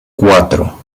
cuatro